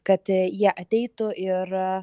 kad jie ateitų ir